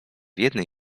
jednej